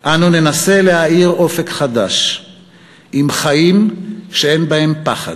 "אנו ננסה להאיר אופק חדש עם חיים שאין בהם פחד,